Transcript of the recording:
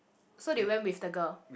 so they went with the girl